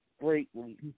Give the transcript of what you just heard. greatly